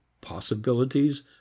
possibilities